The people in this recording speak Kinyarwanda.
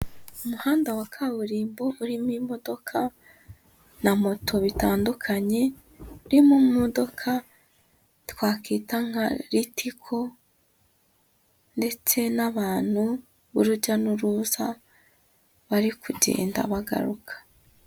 Umuhanda wa kaburimbo urimo imodoka na moto bitandukanye, urimo imodoka twakwita nka ritiko ndetse n'abantu b'urujya n'uruza, bari kugenda bagaruka.